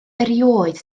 erioed